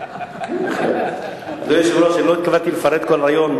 אדוני היושב-ראש, לא התכוונתי לפרט כל רעיון.